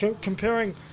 comparing